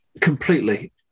Completely